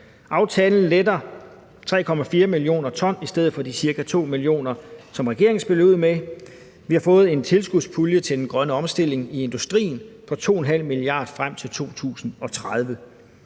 Aftalen letter 3,4 mio. t i stedet for de ca. 2 mio. t, som regeringen spillede ud med. Vi har fået en tilskudspulje til den grønne omstilling i industrien på 2½ mia. kr. frem til 2030.